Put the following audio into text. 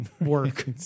work